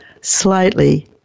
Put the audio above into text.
slightly